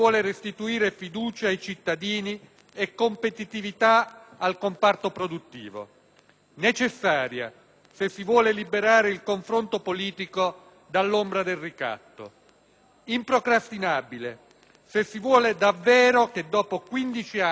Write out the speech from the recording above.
necessaria, se si vuole liberare il confronto politico dall'ombra del ricatto; improcrastinabile, se si vuole davvero che, dopo 15 anni, la lunga transizione iniziata nel 1994 giunga finalmente in porto.